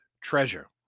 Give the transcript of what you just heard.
treasure